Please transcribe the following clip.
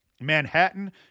Manhattan